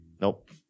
Nope